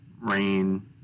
rain